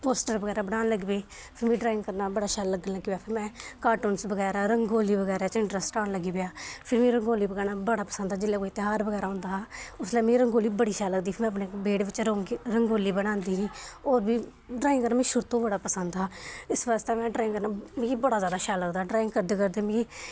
poster बगैरा बनान लग्गी पेई फिर मीं ड्राइंग करना बड़ा शैल लग्गन लग्गी पेआ फिर में कार्टूनस बगैरा रंगोली बगैरा च इंटरेस्ट औन लग्गी पेआ फिर मीं रंगोली बनाना बड़ा पसंद हा जिल्लै कोई तेहार बगैरा औंदा हा उसलै मीं रंगोली बड़ी शैल लगदी ही फिर अपने बेह्ड़े बिच्च रोंगी रंगोली बनांदी ही और बी ड्रांइग करना मीं शुरू तों बड़ा पसंद हा इस बास्तै में ड्राइंग करना मिगी बड़ा जैदा शैल लगदा हा ड्रांइग करदे करदे मिगी